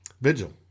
Vigil